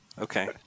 okay